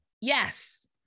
Yes